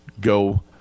go